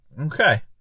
Okay